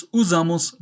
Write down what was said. usamos